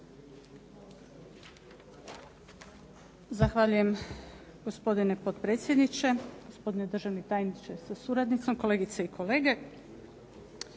Zahvaljujem gospodine potpredsjedniče, gospodine državni tajniče sa suradnicom, kolegice i kolege.